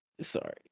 Sorry